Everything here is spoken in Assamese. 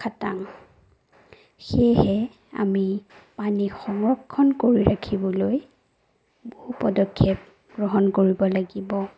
খাটাং সেয়েহে আমি পানী সংৰক্ষণ কৰি ৰাখিবলৈ বহু পদক্ষেপ গ্ৰহণ কৰিব লাগিব